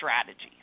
strategy